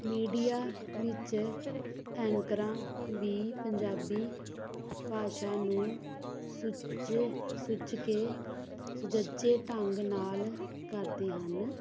media ਵਿੱਚ ਐਂਕਰਾਂ ਵੀ ਪੰਜਾਬੀ ਭਾਸ਼ਾ ਨੂੰ ਸੁੱਚ ਸੁੱਚ ਕੇ ਸੁਚੱਜੇ ਢੰਗ ਨਾਲ ਕਰਦੇ ਹਨ